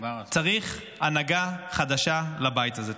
צריך הנהגה חדשה לבית הזה.